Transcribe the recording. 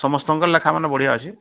ସମସ୍ତଙ୍କର ଲେଖାମାନେ ବଢ଼ିଆ ଅଛି